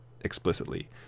explicitly